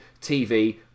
TV